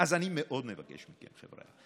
אז אני מאוד מבקש מכם, חבריא.